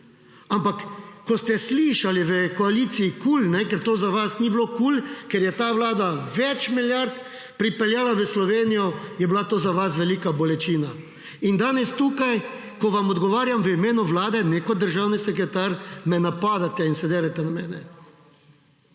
Ampak ko ste slišali v koaliciji KUL, ker to za vas ni bilo kul, ker je ta vlada več milijard pripeljala v Slovenijo, je bila to za vas velika bolečina. In danes tukaj, ko vam odgovarjam v imenu vlade, ne kot državni sekretar, me napadate in se derete na mene.